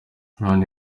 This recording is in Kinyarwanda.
none